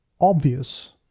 obvious